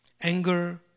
Anger